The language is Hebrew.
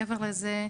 מעבר לזה,